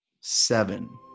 seven